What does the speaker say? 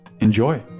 Enjoy